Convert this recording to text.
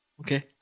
Okay